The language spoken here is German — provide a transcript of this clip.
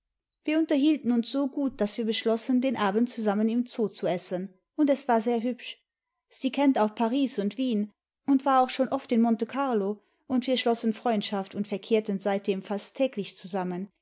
wir unterhielten uns so gut daß wir beschlossen den abend zusammen im zoo zu essen und es war sehr hübsch sie kennt auch paris und wien und war auch schon oft in monte carlo und wir schlössen freundschaft und verkehrten seitdem fast täglich zusammen